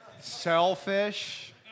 Selfish